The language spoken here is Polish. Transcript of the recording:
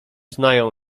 znają